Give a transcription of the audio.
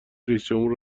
رییسجمهور